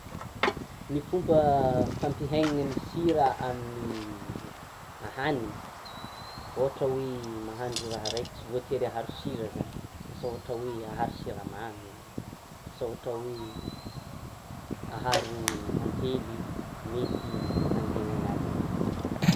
Ny fomba hampihenana ny sira amin'ny ahaniny, ohatra mahandro raha araiky, tsy voatery aharo sira zany asa ohatra hoe aharo siramamy, asa ohatra hoe: aharo antely, mety anihenana azy zany.